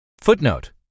Footnote